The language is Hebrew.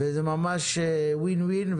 וזה ממש ווין-ווין.